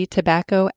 Tobacco